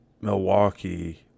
Milwaukee